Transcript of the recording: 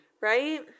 Right